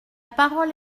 parole